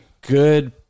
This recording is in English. good